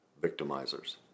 victimizers